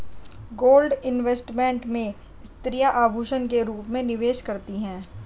gold investment में स्त्रियां आभूषण के रूप में निवेश करती हैं